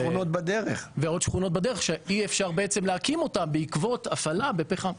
ויש עוד שכונות בדרך שאי אפשר להקים אותם בעקבות הפעלה בפחם.